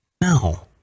No